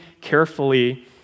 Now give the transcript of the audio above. carefully